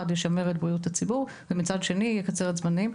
ישמר את בריאות הציבור ומצד שני יקצר זמנים.